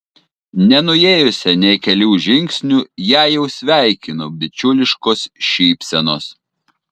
nenuėjusią nė kelių žingsnių ją jau sveikino bičiuliškos šypsenos